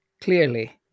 clearly